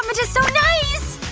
ah but is so nice!